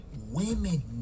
Women